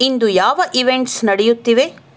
ಇಂದು ಯಾವ ಇವೆಂಟ್ಸ್ ನಡೆಯುತ್ತಿವೆ